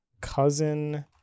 Cousin